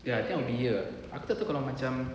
ya I think will be here aku tak tahu kalau macam